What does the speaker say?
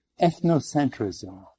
Ethnocentrism